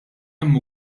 hemm